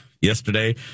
Yesterday